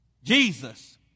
Jesus